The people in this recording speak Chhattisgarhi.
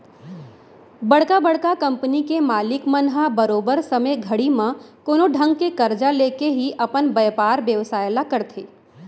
बड़का बड़का कंपनी के मालिक मन ह बरोबर समे घड़ी म कोनो ढंग के करजा लेके ही अपन बयपार बेवसाय ल करथे